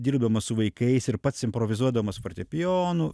dirbamas su vaikais ir pats improvizuodamas fortepijonu